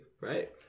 right